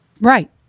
Right